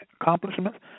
accomplishments